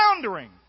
floundering